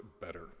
better